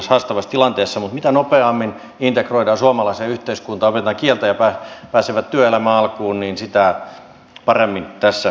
mutta mitä nopeammin integroidaan suomalaiseen yhteiskuntaan opetetaan kieltä ja pääsevät työelämän alkuun niin sitä paremmin tässä onnistutaan